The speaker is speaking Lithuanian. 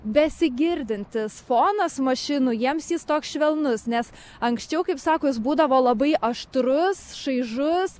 besigirdintis fonas mašinų jiems jis toks švelnus nes anksčiau kaip sako jis būdavo labai aštrus šaižus